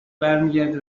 برمیگرده